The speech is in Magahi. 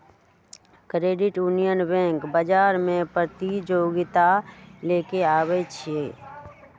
क्रेडिट यूनियन बैंक बजार में प्रतिजोगिता लेके आबै छइ